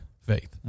faith